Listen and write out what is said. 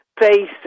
face